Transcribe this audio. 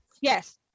Yes